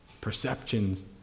Perceptions